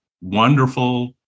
wonderful